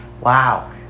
Wow